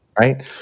right